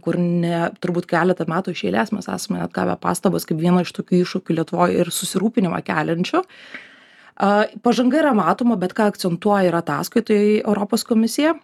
kur ne turbūt keletą metų iš eilės mes esame net gavę pastabas kaip vieną iš tokių iššūkių lietuvoj ir susirūpinimą keliančiu pažanga yra matoma bet ką akcentuoja ir ataskaitoj europos komisija